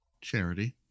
Charity